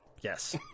Yes